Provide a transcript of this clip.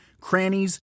crannies